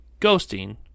ghosting